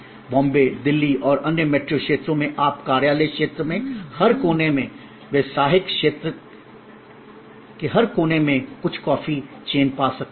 बॉम्बे दिल्ली और अन्य मेट्रो क्षेत्रों में आप कार्यालय क्षेत्र में हर कोने में व्यावसायिक क्षेत्र में हर कोने में कुछ कॉफी चेन पा सकते हैं